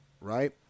right